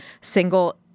single